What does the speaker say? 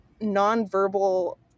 non-verbal